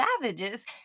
savages